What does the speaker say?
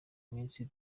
minsi